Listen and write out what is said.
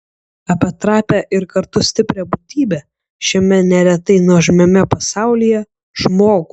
apie trapią ir kartu stiprią būtybę šiame neretai nuožmiame pasaulyje žmogų